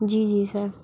जी जी सर